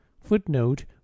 Footnote